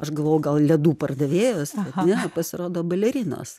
aš galvojau gal ledų pardavėjos bet ne pasirodo balerinos